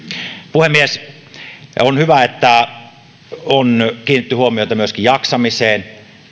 puhemies on hyvä että valiokunnan mietinnössä on kiinnitetty huomiota myöskin jaksamiseen